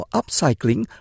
upcycling